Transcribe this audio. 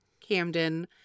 Camden